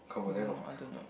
cause you know I don't know